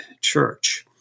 church